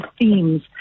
themes